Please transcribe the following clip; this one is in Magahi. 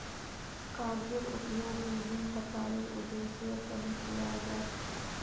कागजेर उपयोग विभिन्न प्रकारेर उद्देश्येर तने कियाल जा छे